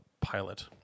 pilot